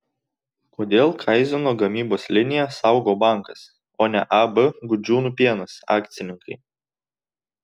kodėl kazeino gamybos liniją saugo bankas o ne ab gudžiūnų pienas akcininkai